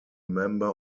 member